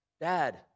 Dad